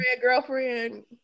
girlfriend